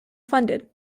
funded